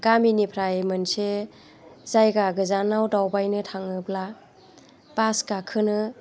गामिनिफ्राय मोनसे जायगा गोजानाव दावबायनो थाङोब्ला बास गाखोनो